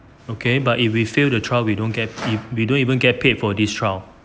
okay but if we fail the trial we don't get if we don't even get paid for this trial